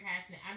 passionate